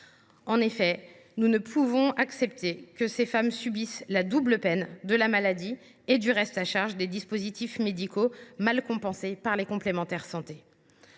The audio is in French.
En effet, nous ne pouvons accepter que les femmes concernées subissent la double peine de la maladie et du reste à charge des dispositifs médicaux mal compensés par les complémentaires santé.